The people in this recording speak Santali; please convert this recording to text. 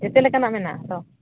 ᱡᱚᱛᱚ ᱞᱮᱠᱟᱱᱟᱜ ᱢᱮᱱᱟᱜᱼᱟᱛᱚ